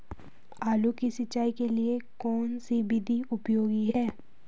आलू की सिंचाई के लिए कौन सी विधि उपयोगी है?